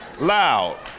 Loud